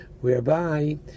whereby